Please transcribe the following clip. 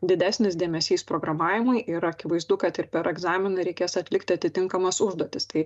didesnis dėmesys programavimui ir akivaizdu kad ir per egzaminą reikės atlikti atitinkamas užduotis tai